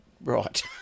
right